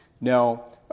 Now